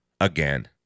again